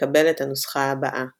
נקבל את הנוסחה הבאה